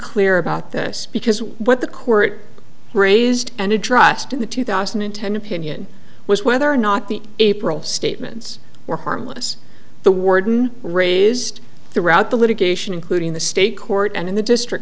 clear about this because what the court raised and addressed in the two thousand and ten opinion was whether or not the april statements were harmless the warden raised throughout the litigation including the state court and in the district